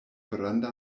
granda